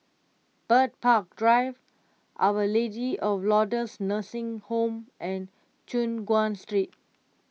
Bird Park Drive Our Lady of Lourdes Nursing Home and Choon Guan Street